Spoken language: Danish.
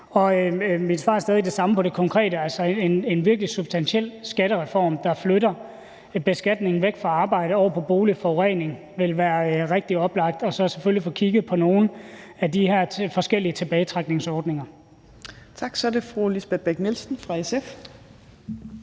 Mit svar er stadig væk det samme på det konkrete område: En virkelig substantiel skattereform, der flytter beskatningen væk fra arbejde og over på bolig og forurening, vil være rigtig oplagt, og så selvfølgelig at få kigget på nogle af de her forskellige tilbagetrækningsordninger. Kl. 13:40 Tredje næstformand